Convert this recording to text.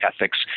ethics